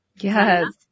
yes